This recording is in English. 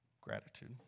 gratitude